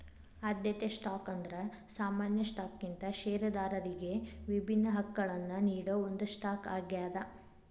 ಆದ್ಯತೆ ಸ್ಟಾಕ್ ಅಂದ್ರ ಸಾಮಾನ್ಯ ಸ್ಟಾಕ್ಗಿಂತ ಷೇರದಾರರಿಗಿ ವಿಭಿನ್ನ ಹಕ್ಕಗಳನ್ನ ನೇಡೋ ಒಂದ್ ಸ್ಟಾಕ್ ಆಗ್ಯಾದ